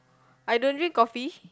I don't drink coffee